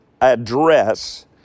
address